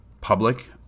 public